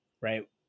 Right